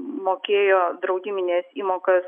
mokėjo draudimines įmokas